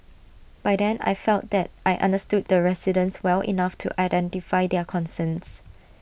by then I felt that I understood the residents well enough to identify their concerns